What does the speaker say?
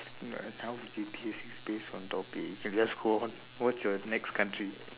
no how we do this is based on topic we can just go on what's your next country